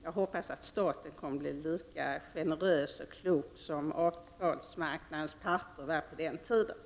Jag hoppas att staten kommer att bli lika generös och klok som arbetsmarknadens parter var på den tiden.